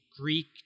Greek